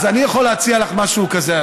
אז אני יכול להציע לך משהו כזה,